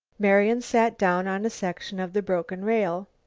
marian sat down on a section of the broken rail.